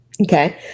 Okay